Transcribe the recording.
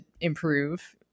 improve